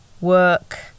work